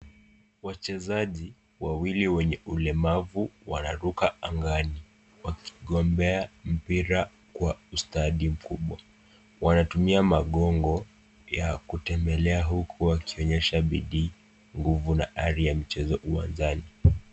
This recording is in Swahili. Wachezaji wawili wenye ulemavu wanaruka angani wakigombea mpira kwa ustadi mkubwa. Wanatumia magongo ya kutembelea huku wakionyesha bidii, nguvu na ari ya mchezo uwanjani.